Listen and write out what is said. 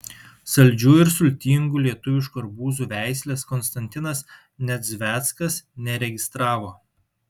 saldžių ir sultingų lietuviškų arbūzų veislės konstantinas nedzveckas neregistravo